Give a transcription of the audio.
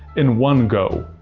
in one go.